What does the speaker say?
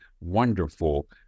wonderful